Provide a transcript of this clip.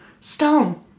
stone